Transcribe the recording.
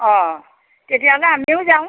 অঁ তেতিয়াহ'লে আমিও যাওঁ